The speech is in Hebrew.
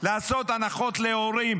לעשות הנחות להורים,